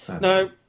No